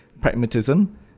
pragmatism